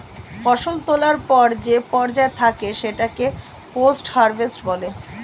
ফসল তোলার পর যে পর্যায় থাকে সেটাকে পোস্ট হারভেস্ট বলে